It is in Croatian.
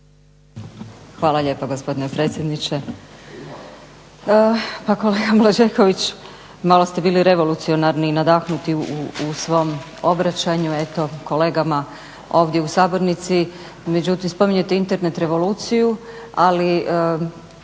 Hvala lijepo gospodine predsjedniče. Pa kolega Blažeković malo ste bili revolucionarni i nadahnuti u svom obraćanju kolegama ovdje u sabornici. Spominjete Internet revoluciju ali